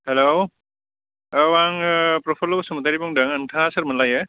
हेल' औ आङो प्रफुल्ल' बुसुमथारि बुंदों नोंथाङा सोरमोनलायो